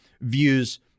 views